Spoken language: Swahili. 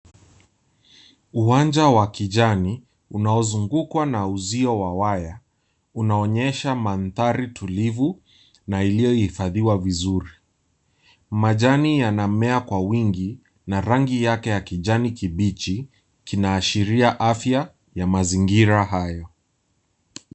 Uwanja wa kijani, unaozungukwa na uzio wa waya, unaonyesha mandhari tulivu na iliyohifadhiwa vizuri. Majani yanamea kwa wingi, na rangi yake ya kijani kibichi, kinaashiria afya ya mazingira hayo.